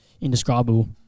indescribable